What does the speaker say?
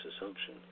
assumption